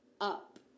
up